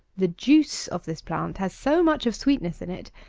the juice of this plant has so much of sweetness in it,